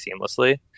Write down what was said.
seamlessly